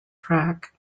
track